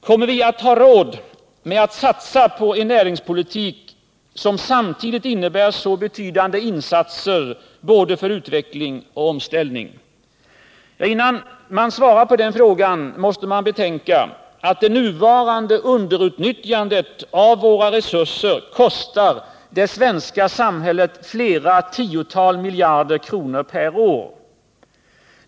Kommer vi att ha råd med att satsa på en näringspolitik som samtidigt innebär så betydande insatser för både utveckling och omställning? Innan man svarar på den frågan måste man betänka att det nuvarande underutnyttjandet av våra resurser kostar det svenska samhället flera tiotal miljarder kronor per år.